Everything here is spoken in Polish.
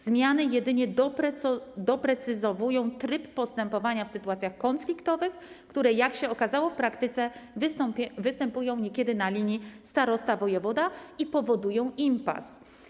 Zmiany jedynie doprecyzowują tryb postępowania w sytuacjach konfliktowych, które jak się okazało, w praktyce występują niekiedy na linii starosta - wojewoda i powodują impas.